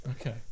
Okay